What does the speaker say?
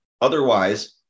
Otherwise